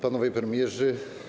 Panowie Premierzy!